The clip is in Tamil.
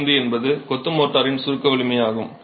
5 என்பது கொத்து மோர்டாரின் சுருக்க வலிமை ஆகும்